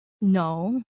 No